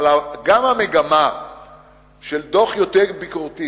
אבל גם המגמה של דוח יותר ביקורתי